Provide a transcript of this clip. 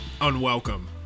unwelcome